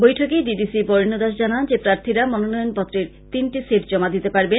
বৈঠকে D D C Barenya Das জানান যে প্রার্থীরা মনোনয়নপত্রের তিনটি সেট জমা দিতে পারবেন